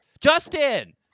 Justin